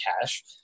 cash